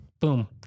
Boom